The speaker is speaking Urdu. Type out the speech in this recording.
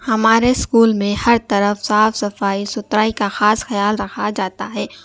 ہمارے اسکول میں ہر طرف صاف صفائی ستھرائی کا خاص خیال رکھا جاتا ہے